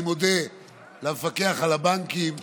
אני מודה למפקח על הבנקים,